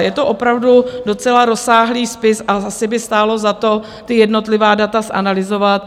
Je to opravdu docela rozsáhlý spis a asi by stálo za to, ta jednotlivá data zanalyzovat.